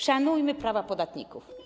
Szanujmy prawa podatników.